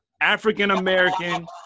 African-American